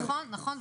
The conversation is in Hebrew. נכון,